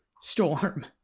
storm